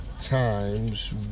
Times